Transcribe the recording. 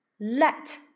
Let